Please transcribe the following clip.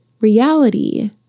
Reality